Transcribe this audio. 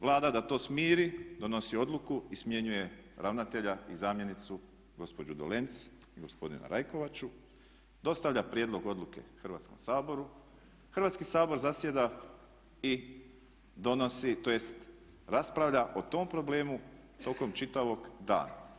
Vlada da to smiri donosi odluku i smjenjuje ravnatelja i zamjenicu gospođu Dolenc i gospodina Rajkovaču, dostavlja prijedlog odluke Hrvatskom saboru, Hrvatski sabor zasjeda i donosi tj. raspravlja o tom problemu tokom čitavog dana.